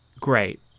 Great